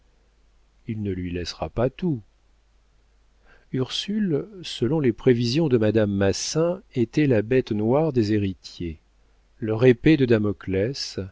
il ne lui laissera pas tout ursule selon les prévisions de madame massin était la bête noire des héritiers leur épée de